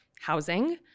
Housing